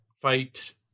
fight